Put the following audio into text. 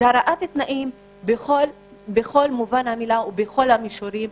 זו הרעת תנאים בכל מובן המילה ובכל המישורים,